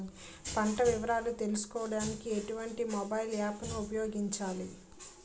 పంట వివరాలు తెలుసుకోడానికి ఎటువంటి మొబైల్ యాప్ ను ఉపయోగించాలి?